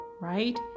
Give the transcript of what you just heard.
right